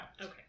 Okay